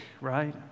right